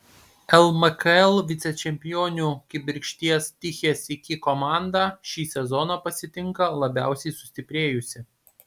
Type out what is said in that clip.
lmkl vicečempionių kibirkšties tichės iki komanda šį sezoną pasitinka labiausiai sustiprėjusi